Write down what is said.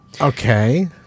okay